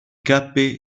cape